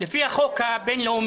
לפי החוק הבין-לאומי,